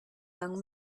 young